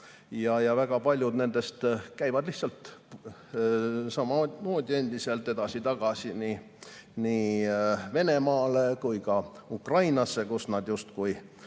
Ja väga paljud nendest käivad lihtsalt samamoodi endiselt edasi‑tagasi nii Venemaal kui ka Ukrainas, kust nad justkui